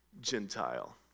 Gentile